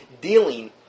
dealing